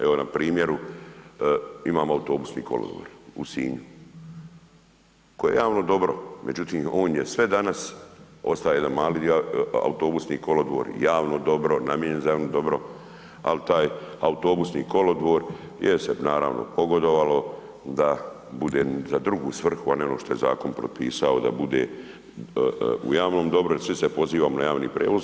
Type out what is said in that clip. Evo na primjeru imamo autobusni kolodvor u Sinju koji je javno dobro, međutim on je sve danas, ostao je jedan mali dio, autobusni kolodvor, javno dobro namijenjen za javno dobro ali taj autobusni kolodvor, je se naravno pogodovalo da bude za drugu svrhu a ne ono što je zakon propisao da bude u javnom dobru jer svi se pozivamo na javni prijevoz.